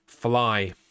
Fly